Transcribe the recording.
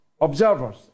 observers